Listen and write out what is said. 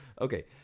Okay